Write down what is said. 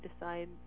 decide